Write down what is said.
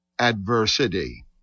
adversity